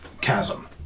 chasm